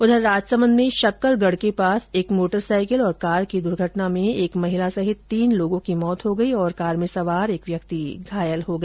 उधर राजसमन्द में शक्कर गढ के पास एक मोटर साईकिल और कार की टक्कर में एक महिला सहित तीन लोगो की मौत हो गई और कार मे सवार एक व्यक्ति घायल हो गया